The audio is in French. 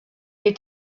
est